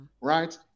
right